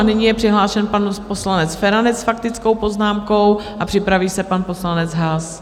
Nyní je přihlášen pan poslanec Feranec s faktickou poznámkou a připraví se pan poslanec Haas.